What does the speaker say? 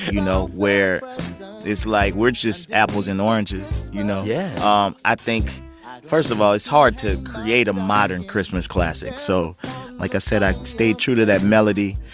you know, where it's like we're just apples and oranges. you know? yeah um i think first of all, it's hard to create a modern christmas classic. so like i said, i stayed true to that melody.